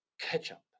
ketchup